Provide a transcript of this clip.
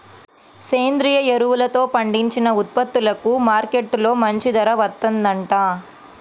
సేంద్రియ ఎరువులతో పండించిన ఉత్పత్తులకు మార్కెట్టులో మంచి ధర వత్తందంట